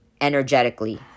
energetically